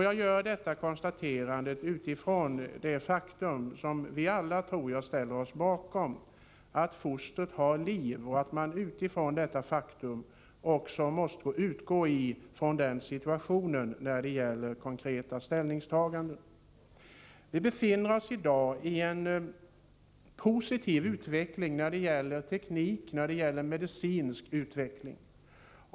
Jag gör detta konstaterande utifrån det faktum som jag tror att vi alla ställer oss bakom, nämligen att fostret har liv och att man måste utgå från detta faktum när det gäller konkreta ställningstaganden. Vi befinner oss i dagi ett positivt skede när det gäller teknisk och medicinsk utveckling.